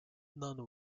none